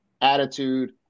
attitude